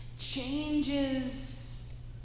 changes